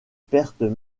pertes